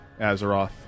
Azeroth